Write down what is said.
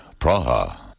Praha